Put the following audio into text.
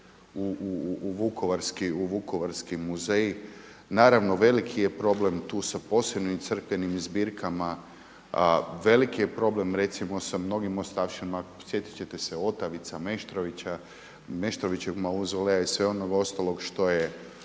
u Vukovarski muzej. Naravno veliki je problem tu sa posebnim crkvenim zbirkama, veliki je problem recimo sa mnogim ostavštinama. Sjetit ćete se Otavica, Meštrovićevog mauzoleja i svega onog ostalog što je